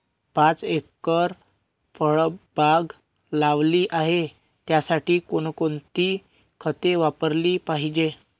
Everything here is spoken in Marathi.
पाच एकर फळबाग लावली आहे, त्यासाठी कोणकोणती खते वापरली पाहिजे?